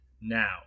now